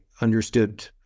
understood